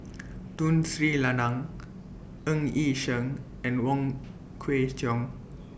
Tun Sri Lanang Ng Yi Sheng and Wong Kwei Cheong